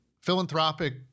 philanthropic